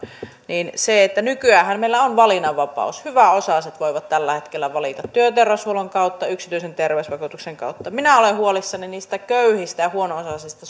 nykyäänhän meillä on valinnanvapaus hyväosaiset voivat tällä hetkellä valita työterveyshuollon kautta yksityisen terveysvakuutuksen kautta minä olen huolissani niistä köyhistä ja huono osaisista